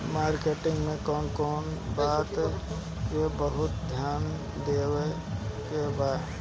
Marketing मे कौन कौन बात के बहुत ध्यान देवे के बा?